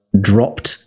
dropped